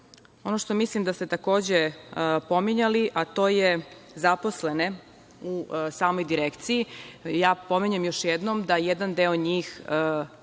što mislim da ste takođe pominjali, a to su zaposleni u samoj direkciji, pominjem još jednom da jedan deo njih